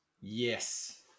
Yes